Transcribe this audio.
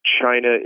China